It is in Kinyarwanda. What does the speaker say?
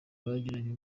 bagiranye